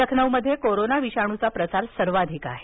लखनौध्ये corona विषाणूचा प्रसार सर्वाधिक आहे